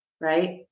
right